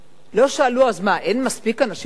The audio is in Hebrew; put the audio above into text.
לא שאלו: אז מה, אין מספיק בפרקליטות?